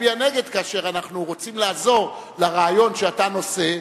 להצביע נגד כאשר אנחנו רוצים לעזור לרעיון שאתה נושא.